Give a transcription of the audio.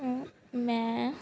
ਮੈਂ